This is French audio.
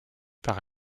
par